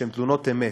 שהן תלונות אמת,